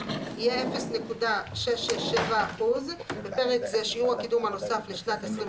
יהיה 0.667% (בסעיף קטן זה/ בפרק זח - שיעור הקידום הנוסף לשנת 2020)